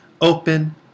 open